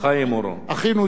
אחינו ג'ומס.